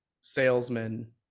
salesman